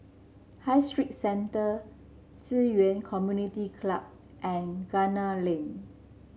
High Street Centre Ci Yuan Community Club and Gunner Lane